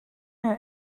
her